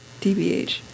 DBH